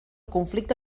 conflicte